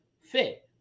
fit